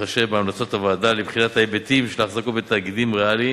בהתחשב בהמלצות הוועדה לבחינת ההיבטים של אחזקות בתאגידים ריאליים,